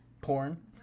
Porn